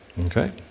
Okay